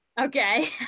Okay